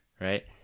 right